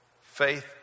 faith